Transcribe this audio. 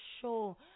show